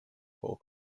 some